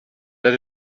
that